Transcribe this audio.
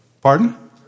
Pardon